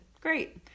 Great